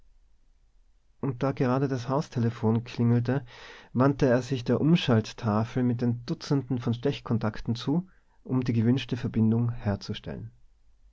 und da gerade das haustelephon klingelte wandte er sich der umschalttafel mit den dutzenden von stechkontakten zu um die gewünschte verbindung herzustellen